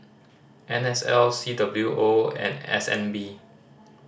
N S L C W O and S N B